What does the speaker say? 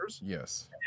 yes